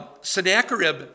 Sennacherib